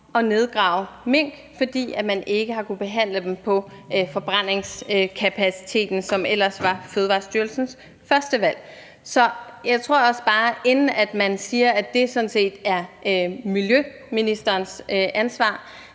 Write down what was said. at nedgrave mink, fordi man ikke har kunnet behandle dem på forbrændingskapaciteten, som ellers var Fødevarestyrelsens første valg. Så jeg tror også bare, inden man siger, at det sådan set er miljøministerens ansvar,